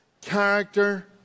character